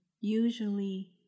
Usually